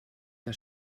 que